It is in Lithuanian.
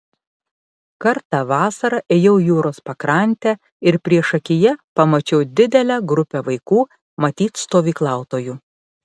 kartą vasarą ėjau jūros pakrante ir priešakyje pamačiau didelę grupę vaikų matyt stovyklautojų